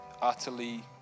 utterly